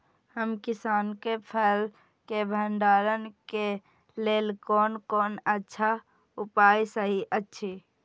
हम किसानके फसल के भंडारण के लेल कोन कोन अच्छा उपाय सहि अछि?